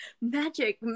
Magic